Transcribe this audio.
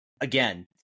Again